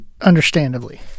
Understandably